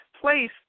place